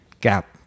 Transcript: gap